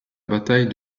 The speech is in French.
bataille